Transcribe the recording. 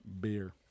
beer